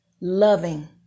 loving